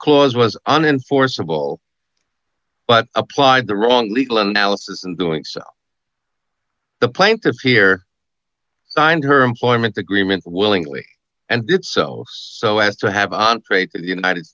clause was unenforceable but applied the wrong legal analysis in doing so the plaintiff here signed her employment agreement willingly and did so so as to have entree to the united